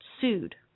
sued